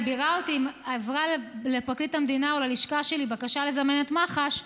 אני ביררתי אם הועברה לפרקליט המדינה או ללשכה שלי בקשה לזמן את מח"ש,